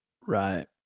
Right